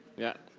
yeah.